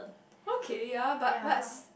okay ya but but